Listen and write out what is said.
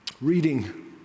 reading